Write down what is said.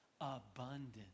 abundant